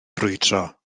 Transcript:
brwydro